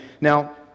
Now